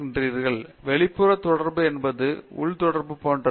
பேராசிரியர் பிரதாப் ஹரிதாஸ் எனவே வெளிப்புற தொடர்பு என்பது உள் தொடர்பு போன்றது